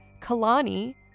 Kalani